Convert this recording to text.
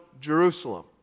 Jerusalem